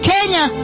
Kenya